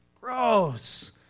gross